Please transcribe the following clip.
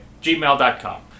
Gmail.com